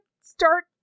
start